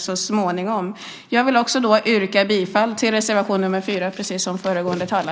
Jag vill, precis som föregående talare, yrka bifall till reservation nr 4.